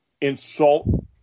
insult